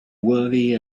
worry